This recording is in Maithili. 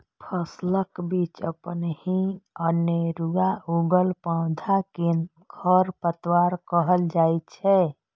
फसलक बीच अपनहि अनेरुआ उगल पौधा कें खरपतवार कहल जाइ छै